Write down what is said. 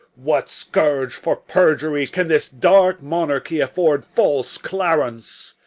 what scourge for perjury can this dark monarchy afford false clarence?